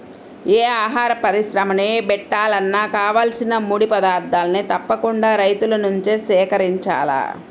యే ఆహార పరిశ్రమని బెట్టాలన్నా కావాల్సిన ముడి పదార్థాల్ని తప్పకుండా రైతుల నుంచే సేకరించాల